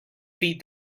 feed